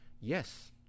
Yes